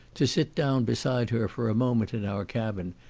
to sit down beside her for a moment in our cabin,